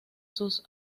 sus